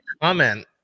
comment